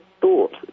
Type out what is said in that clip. thought